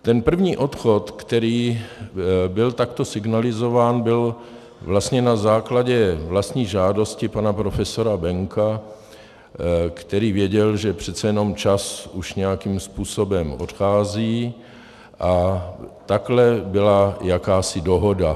Ten první odchod, který byl takto signalizován, byl vlastně na základě vlastní žádosti pana profesora Penka, který věděl, že přece jenom čas už nějakým způsobem odchází, a takhle byla jakási dohoda.